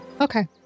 Okay